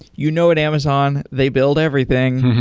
you know at amazon, they build everything.